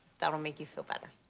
that'll make you feel better.